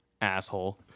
Asshole